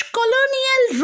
colonial